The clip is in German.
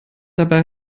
dabei